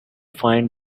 find